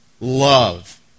love